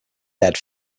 dead